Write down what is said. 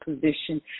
position